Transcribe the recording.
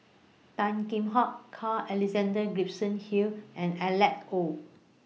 Tan Kheam Hock Carl Alexander Gibson Hill and Alank Oei